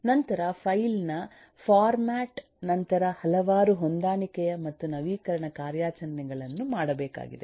ನಂತರ ಫೈಲ್ ನ ಫಾರ್ಮ್ಯಾಟ್ ನಂತರ ಹಲವಾರು ಹೊಂದಾಣಿಕೆಯ ಮತ್ತು ನವೀಕರಣ ಕಾರ್ಯಾಚರಣೆಗಳನ್ನು ಮಾಡಬೇಕಾಗಿದೆ